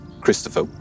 Christopher